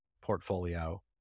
portfolio